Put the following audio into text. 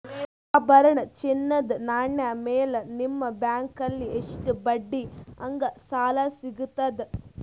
ಆಭರಣ, ಚಿನ್ನದ ನಾಣ್ಯ ಮೇಲ್ ನಿಮ್ಮ ಬ್ಯಾಂಕಲ್ಲಿ ಎಷ್ಟ ಬಡ್ಡಿ ಹಂಗ ಸಾಲ ಸಿಗತದ?